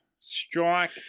Strike